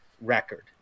record